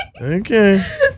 okay